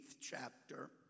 chapter